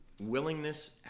willingness